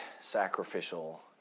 sacrificial